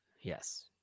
Yes